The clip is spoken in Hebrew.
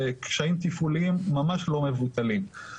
זה קשיים תפעוליים ממש לא מבוטלים.